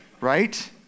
right